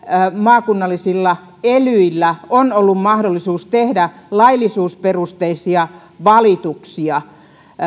maakunnallisilla elyillä on ollut on mahdollisuus tehdä laillisuusperusteisia valituksia niin